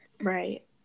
Right